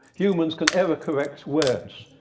humans can error-correct words.